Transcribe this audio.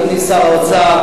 אדוני שר האוצר,